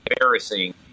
embarrassing